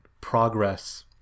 progress